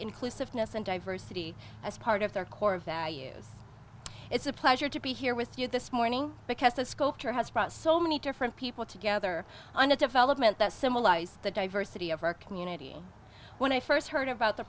inclusiveness and diversity as part of their core values it's a pleasure to be here with you this morning because the sculptor has brought so many different people together under development that symbolized the diversity of our community when i first heard about the